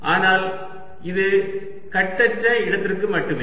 ஆனால் இது கட்டற்ற இடத்திற்கு மட்டுமே